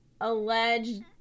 alleged